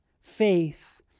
faith